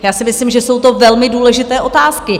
Já si myslím, že jsou to velmi důležité otázky.